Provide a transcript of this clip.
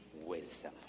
wisdom